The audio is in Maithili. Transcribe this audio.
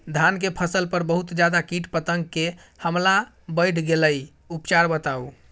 धान के फसल पर बहुत ज्यादा कीट पतंग के हमला बईढ़ गेलईय उपचार बताउ?